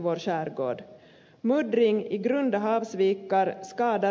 muddring i grunda havsvikar skadar bl